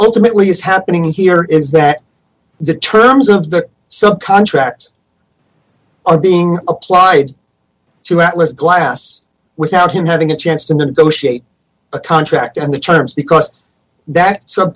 ultimately is happening here is that the terms of the so contracts are being applied to atlas glass without him having a chance to negotiate a contract and the terms because that sub